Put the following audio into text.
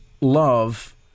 love